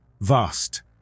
vast